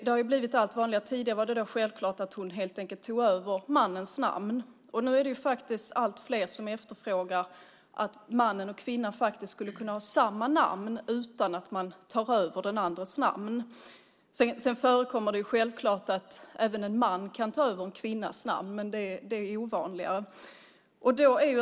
Det har blivit allt vanligare. Tidigare var det självklart att hon tog över mannens namn. Nu är det allt fler som efterfrågar att mannen och kvinnan skulle kunna ha samma namn utan att man tar över den andras namn. Det förekommer självklart att en man tar över en kvinnas namn, men det är ovanligare.